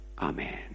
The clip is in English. Amen